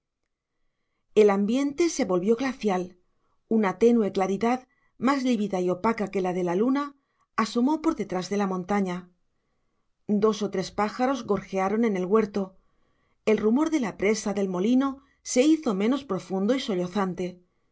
el ambiente se volvió glacial una tenue claridad más lívida y opaca que la de la luna asomó por detrás de la montaña dos o tres pájaros gorjearon en el huerto el rumor de la presa del molino se hizo menos profundo y